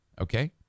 okay